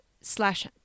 slash